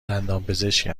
دندانپزشک